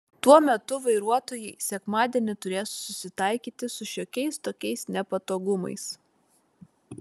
tuo metu vairuotojai sekmadienį turės susitaikyti su šiokiais tokiais nepatogumais